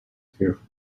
fearful